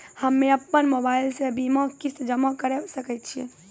हम्मे अपन मोबाइल से बीमा किस्त जमा करें सकय छियै?